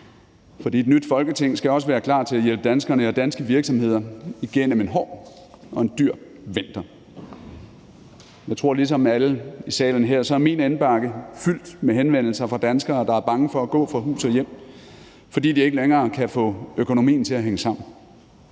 for et nyt Folketing skal også være klar til at hjælpe danskerne og danske virksomheder igennem en hård og dyr vinter. Min indbakke er, ligesom jeg tror det er tilfældet for alle her i salen, fyldt med henvendelser fra danskere, der er bange for at skulle gå fra hus og hjem, fordi de ikke længere kan få økonomien til at hænge sammen.